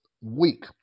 weak